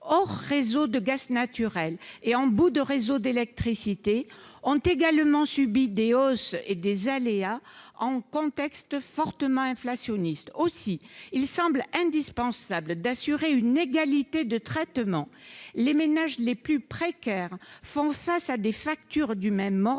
hors réseau de gaz naturel et en bout de réseau d'électricité, ont également connu des hausses et des aléas dans ce contexte fortement inflationniste. Il semble donc indispensable d'assurer une égalité de traitement entre les ménages : les plus précaires d'entre eux font face à des factures du même ordre